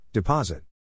Deposit